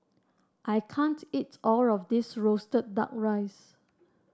I can't eat all of this roasted duck rice